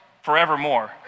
forevermore